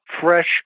fresh